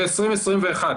ב-2021.